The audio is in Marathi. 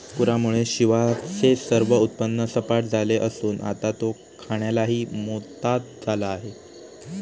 पूरामुळे शिवाचे सर्व उत्पन्न सपाट झाले असून आता तो खाण्यालाही मोताद झाला आहे